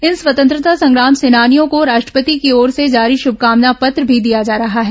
इन स्वतंत्रता संग्राम सेनानियों के राष्ट्रपति की ओर से जारी शुभकामना पत्र भी दिया जा रहा है